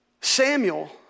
Samuel